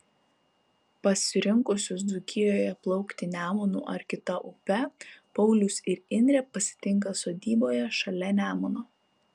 pasirinkusius dzūkijoje plaukti nemunu ar kita upe paulius ir indrė pasitinka sodyboje šalia nemuno